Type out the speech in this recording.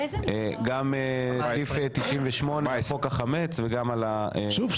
גם סעיף 98 על חוק החמץ וגם על החוק --- שוב,